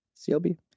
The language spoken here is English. CLB